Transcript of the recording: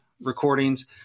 Recordings